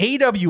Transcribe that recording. AW